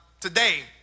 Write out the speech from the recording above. Today